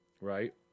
right